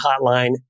hotline